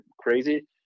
crazy